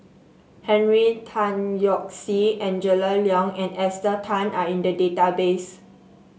Henry Tan Yoke See Angela Liong and Esther Tan are in the database